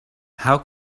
how